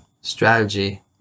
strategy